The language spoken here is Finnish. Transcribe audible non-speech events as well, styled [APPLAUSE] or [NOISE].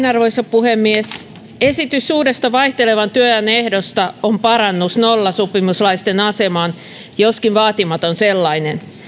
[UNINTELLIGIBLE] arvoisa puhemies esitys uudesta vaihtelevan työajan ehdosta on parannus nollasopimuslaisten asemaan joskin vaatimaton sellainen